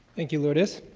thank you lourdes.